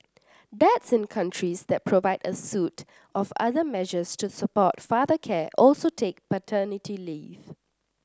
dads in countries that provide a suite of other measures to support father care also take paternity leave